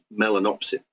melanopsin